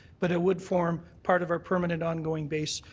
but it would form part of our permanent ongoing base.